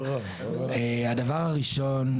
הדבר הראשון,